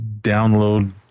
download